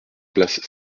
place